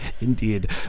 Indeed